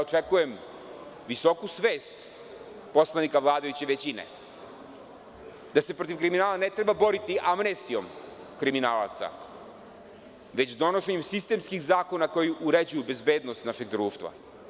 Očekujem visoku svest poslanika vladajuće većine, da se protiv kriminala ne treba boriti amnestijom kriminalaca, već donošenjem sistemskih zakona koji uređuju bezbednost našeg društva.